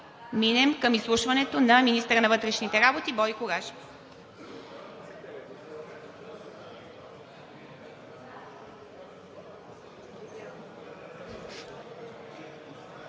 минем към изслушването на министъра на вътрешните работи Бойко Рашков.